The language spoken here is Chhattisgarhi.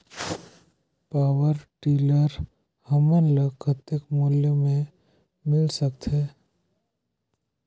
पावरटीलर हमन ल कतेक मूल्य मे मिल सकथे?